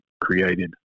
created